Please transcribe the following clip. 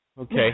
Okay